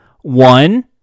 One